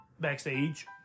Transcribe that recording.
Backstage